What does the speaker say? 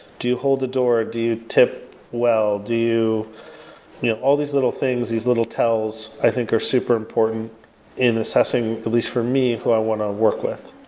do you hold the door, or do you tip well? you know all these little things, these little tells i think are super important in assessing, at least for me, who i want to work with.